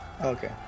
Okay